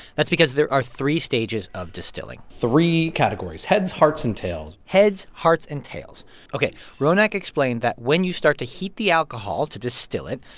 that's because there are three stages of distilling three categories heads, hearts and tails heads, hearts and tails ok. ronak explained that when you start to heat the alcohol to distill it,